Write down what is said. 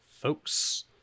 folks